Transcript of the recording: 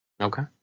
Okay